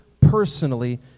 personally